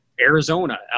Arizona